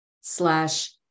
slash